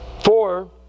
Four